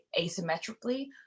asymmetrically